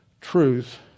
Truth